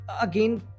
again